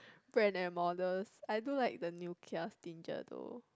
Brand and models I do like the new kia stinger though